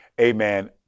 amen